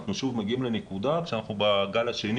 אנחנו שוב מגיעים לנקודה שאנחנו בגל השני